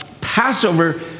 Passover